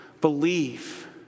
believe